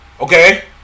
Okay